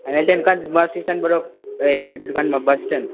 बस स्ट्यान्डबाट ए bus stand